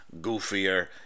goofier